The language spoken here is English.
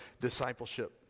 discipleship